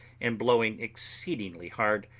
and blowing exceedingly hard,